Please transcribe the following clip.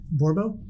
Borbo